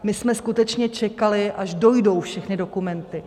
My jsme skutečně čekali, až dojdou všechny dokumenty.